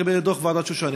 לגבי דוח ועדת שושני,